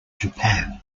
japan